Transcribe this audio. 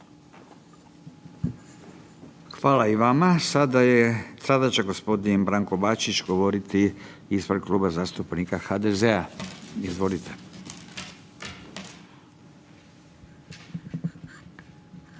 Hvala i vama. Sada je, sada će g. Branko Bačić govoriti ispred Kluba zastupnika HDZ-a, izvolite.